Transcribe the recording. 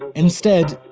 instead,